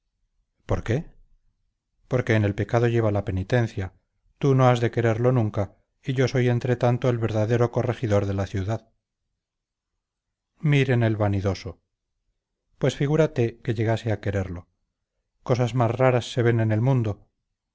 por qué porque en el pecado lleva la penitencia tú no has de quererlo nunca y yo soy entretanto el verdadero corregidor de la ciudad miren el vanidoso pues figúrate que llegase a quererlo cosas más raras se ven en el mundo